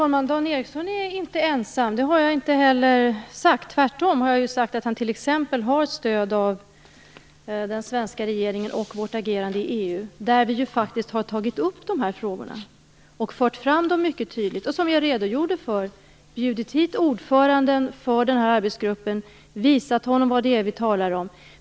Herr talman! Jag har inte sagt att Dan Ericsson är ensam. Tvärtom har jag sagt att han t.ex. har stöd av den svenska regeringen och i vårt agerandet i EU, där vi faktiskt har tagit upp de här frågorna och fört fram dem mycket tydligt. Som jag redogjorde för har vi bjudit hit ordföranden för arbetsgruppen och visat honom vad vi talar om.